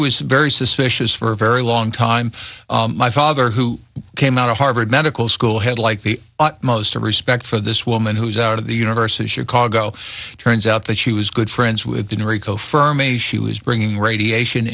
was very suspicious for a very long time my father who came out of harvard medical school had like the utmost respect for this woman who's out of the university of chicago it turns out that she was good friends with the new rico fermi she was bringing radiation